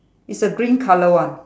is a green colour one